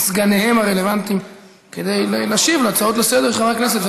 סגניהם הרלוונטיים כדי להשיב על הצעות לסדר-היום של חברי הכנסת.